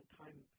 time